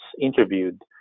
interviewed